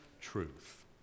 truth